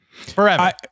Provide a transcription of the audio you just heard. forever